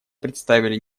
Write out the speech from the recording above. представили